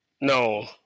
No